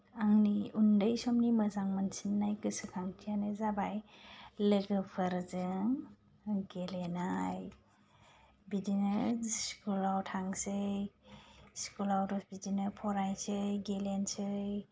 आंनि उन्दै समनि मोजां मोनसिननाय गोसोखांथियानो जाबाय लोगोफोरजों गेलेनाय बिदिनो स्कुलाव थांसै स्कुलाव बिदिनो फरायसै गेलेनोसै